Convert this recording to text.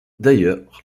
d’ailleurs